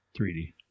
3D